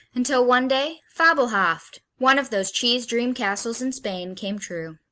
until one day fabelhaft! one of those cheese dream castles in spain came true.